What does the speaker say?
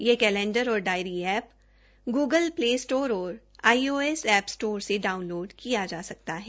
यह कैलेंडर और diary app Google Apple store और आईओएस स्टोर से डाउनलोड किया जा सकता है